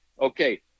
Okay